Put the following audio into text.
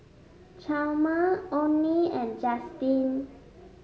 Chalmer Onie and Justin